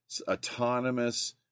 autonomous